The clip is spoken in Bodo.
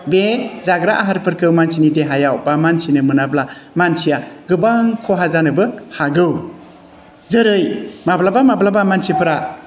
बे जाग्रा आहारफोरखौ मानसिनि देहायाव बा मानसिया मोनाब्ला गोबां खहा जानोबो हागौ जेरे माब्लाबा माब्लाबा मानसिफोरा